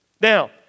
Now